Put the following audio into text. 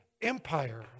empire